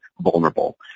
vulnerable